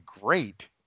great